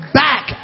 back